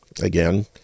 Again